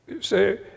Say